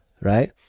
right